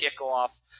kickoff